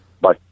Bye